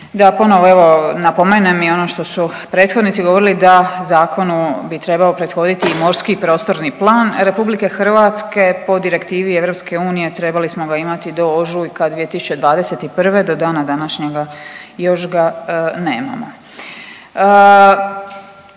Da ponovo evo napomenem i ono što su prethodnici govorili da zakonu bi trebao prethoditi i Morski prostorni plan RH po Direktivi EU trebali smo ga imati do ožujka 2021. do dana današnjega još ga nemamo.